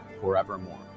forevermore